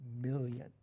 million